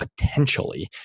potentially